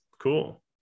cool